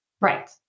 Right